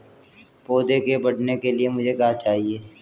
पौधे के बढ़ने के लिए मुझे क्या चाहिए?